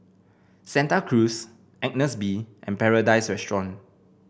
Santa Cruz Agnes B and Paradise Restaurant